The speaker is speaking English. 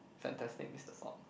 Fantastic Mister Fox